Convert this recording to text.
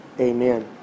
Amen